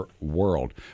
world